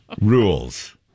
rules